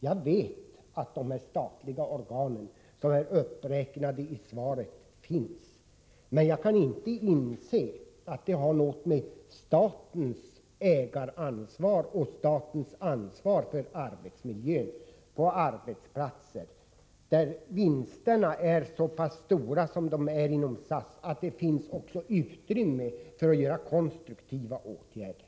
Jag vet att de statliga organ finns som räknas upp i svaret. Men jag kan inte inse att detta har något att göra med statens ägaransvar och statens ansvar för arbetsmiljön på arbetsplatserna. Det gäller ju vinster som är så pass stora, som de faktiskt är inom SAS, att det finns utrymme även för konstruktiva åtgärder.